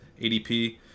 ADP